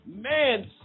man